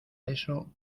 eso